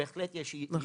בהחלט יש התקדמות.